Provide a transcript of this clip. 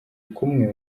kumwe